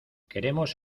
queremos